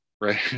right